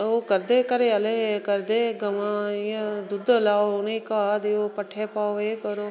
ओह् करदे हे घरे आह्ले करदे हे गवां इयां दुध लाओ उनेंगी घाह् देओ पट्ठे पाओ एह् करो